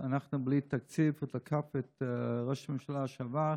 אנחנו בלי תקציב, ותקף את ראש הממשלה לשעבר.